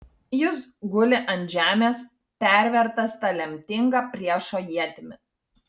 jis guli ant žemės pervertas ta lemtinga priešo ietimi